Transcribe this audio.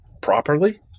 properly